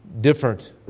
different